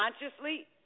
consciously